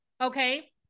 okay